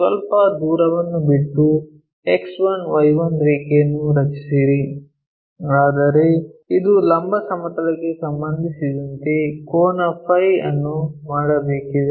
ಸ್ವಲ್ಪ ದೂರವನ್ನು ಬಿಟ್ಟು X1 Y1 ರೇಖೆಯನ್ನು ರಚಿಸಿರಿ ಆದರೆ ಇದು ಲಂಬ ಸಮತಲಕ್ಕೆ ಸಂಬಂಧಿಸಿದಂತೆ ಕೋನ ಫೈ Φ ಅನ್ನು ಮಾಡಬೇಕಿದೆ